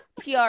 TR